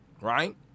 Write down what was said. right